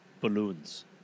balloons